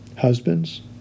husbands